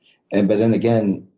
and but then again,